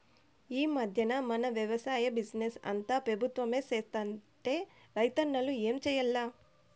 ఈ మధ్దెన మన వెవసాయ బిజినెస్ అంతా పెబుత్వమే సేత్తంటే రైతన్నలు ఏం చేయాల్ల